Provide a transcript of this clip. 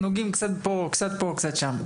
נוגעים קצת פה, קצת שם.